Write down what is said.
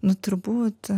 nu turbūt